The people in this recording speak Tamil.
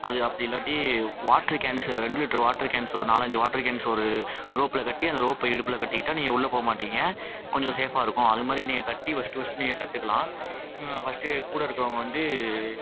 அது அப்படி இல்லாட்டி வாட்டர் கேன்ஸு ரெண்டு லிட்ரு வாட்டர் கேன்ஸு ஒரு நாலஞ்சு வாட்டர் கேன்ஸ் ஒரு ரோப்பில் கட்டி அந்த ரோப்பை இடுப்பில் கட்டிக்கிட்டா நீங்கள் உள்ளே போக மாட்லேங்க கொஞ்சம் சேஃபாக இருக்கும் அது மாதிரி நீங்கள் கட்டி ஃபர்ஸ்ட்டு ஃபர்ஸ்ட்டு நீங்கள் கற்றுக்கலாம் ஃபர்ஸ்ட்டு கூட இருக்கறவங்க வந்து